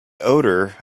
odor